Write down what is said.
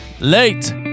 Late